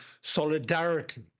solidarity